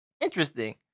Interesting